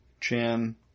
Chin